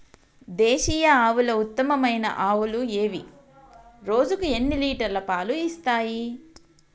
దేశీయ ఆవుల ఉత్తమమైన ఆవులు ఏవి? రోజుకు ఎన్ని లీటర్ల పాలు ఇస్తాయి?